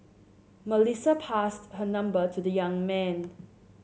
Melissa passed her number to the young man